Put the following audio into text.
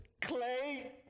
clay